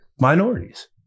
minorities